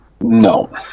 No